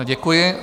Děkuji.